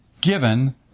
given